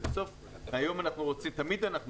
כי תמיד,